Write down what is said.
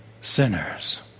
sinners